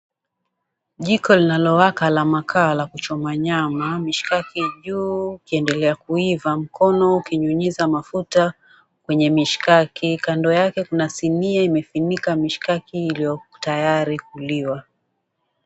Jiko linalowaka la makaa la kuchoma nyama, mishikaki juu ukiendelea kuiva, mkono ukinyunyiza mafuta kwenye mishikaki. Kando yake kuna sinia imefunika mishikaki ilio tayari kuliwa.